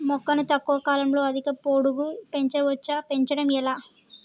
మొక్కను తక్కువ కాలంలో అధిక పొడుగు పెంచవచ్చా పెంచడం ఎలా?